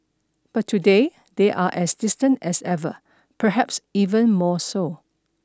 but today they are as distant as ever perhaps even more so